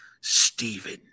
Stephen